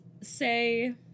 say